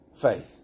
faith